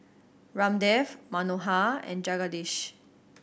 Ramdev Manohar and Jagadish